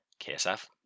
KSF